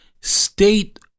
state